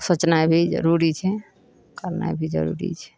सोचनाइ भी जरूरी छै करनाइ भी जरूरी छै